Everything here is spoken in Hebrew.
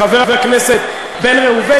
לחבר הכנסת בן ראובן,